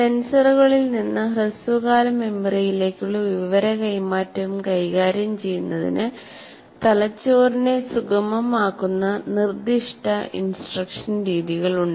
സെൻസറുകളിൽ നിന്ന് ഹ്രസ്വകാല മെമ്മറിയിലേക്കുള്ള വിവര കൈമാറ്റം കൈകാര്യം ചെയ്യുന്നതിന് തലച്ചോറിനെ സുഗമമാക്കുന്ന നിർദ്ദിഷ്ട ഇൻസ്ട്രക്ഷൻ രീതികളുണ്ട്